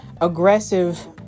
aggressive